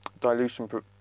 dilution